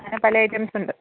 അങ്ങനെ പല ഐറ്റംസ് ഉണ്ട്